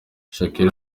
shakira